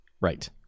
Right